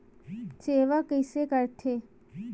सेवा कइसे करथे?